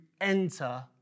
enter